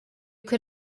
could